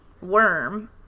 worm